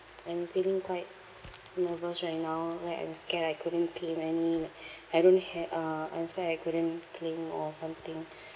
I'm feeling quite nervous right now like I'm scared I couldn't claim any I don't ha~ uh I'm scared I couldn't claim or something